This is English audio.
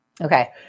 Okay